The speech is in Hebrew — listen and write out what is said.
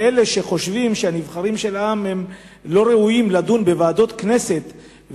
אלה שחושבים שהנבחרים של העם הם לא ראויים לדון בוועדות הכנסת,